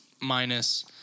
minus